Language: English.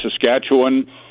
Saskatchewan